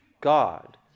God